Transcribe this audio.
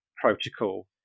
Protocol